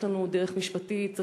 יש לנו דרך משפטית.